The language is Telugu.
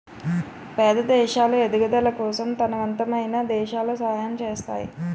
పేద దేశాలు ఎదుగుదల కోసం తనవంతమైన దేశాలు సహాయం చేస్తాయి